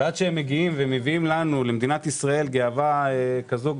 ועד שהם מגיעים ומביאים לנו למדינת ישראל גאווה כזו גדולה,